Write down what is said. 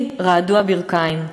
לי רעדו הברכיים.